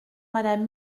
madame